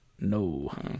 No